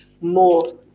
more